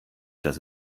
dass